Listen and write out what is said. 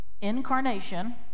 incarnation